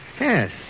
Yes